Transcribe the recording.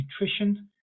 nutrition